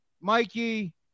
Mikey